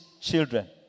children